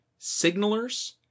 signalers